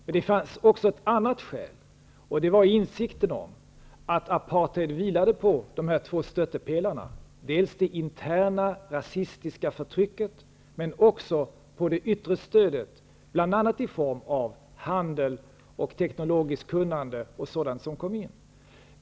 Men det fanns också ett annat skäl, och det var insikten om att apartheid vilar på två stöttepelare: dels det interna rasistiska förtrycket, dels det yttre stödet från bl.a. handel och teknologiskt kunnande.